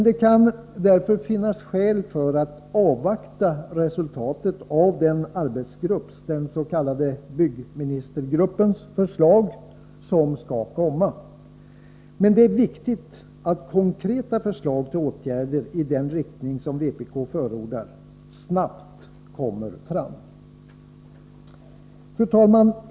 Det kan således finnas skäl att avvakta resultaten av den arbetsgrupps — den s.k. byggministergruppen — förslag som skall läggas fram. Men det är viktigt att konkreta förslag till åtgärder i den riktning som vpk förordat snabbt kommer fram. Fru talman!